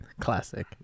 Classic